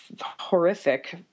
horrific